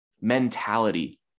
mentality